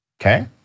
Okay